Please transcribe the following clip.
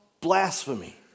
blasphemy